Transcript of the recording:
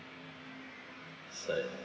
that's right